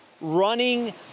running